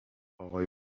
آقای